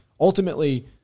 ultimately